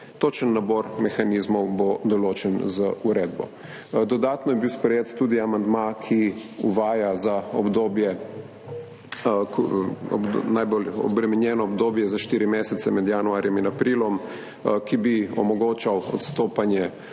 Točen nabor mehanizmov bo določen z uredbo. Dodatno je bil sprejet tudi amandma, ki uvaja za najbolj obremenjeno obdobje za štiri mesece, med januarjem in aprilom, ki bi omogočal odstopanje